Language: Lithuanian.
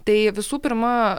tai visų pirma